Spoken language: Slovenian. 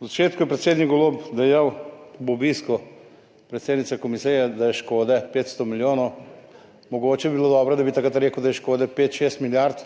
V začetku je predsednik Golob dejal ob obisku predsednice komisije, da je škode 500 milijonov. Mogoče bi bilo dobro, da bi takrat rekel, da je škode 5 ali 6 milijard,